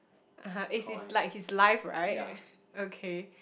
(aha) is is like he's life right okay